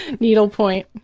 needlepoint.